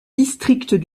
district